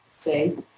say